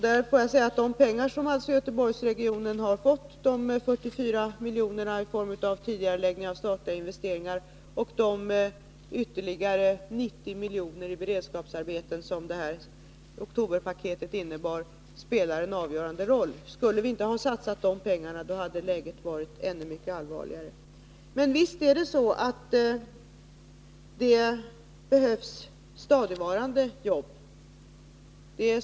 De 44 miljoner som Göteborgsregionen har fått i form av tidigareläggning av statliga investeringar och de ytterligare 90 miljoner i form av beredskapsarbeten som oktoberpaketet innebär spelar en avgörande roll. Skulle vi inte ha satsat dessa pengar, hade läget varit mycket allvarligare. Men visst behövs stadigvarande arbeten.